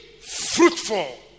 fruitful